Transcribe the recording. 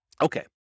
Okay